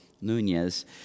Nunez